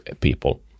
people